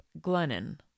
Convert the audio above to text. Glennon